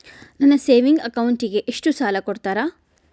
ನನ್ನ ಸೇವಿಂಗ್ ಅಕೌಂಟಿಗೆ ಎಷ್ಟು ಸಾಲ ಕೊಡ್ತಾರ?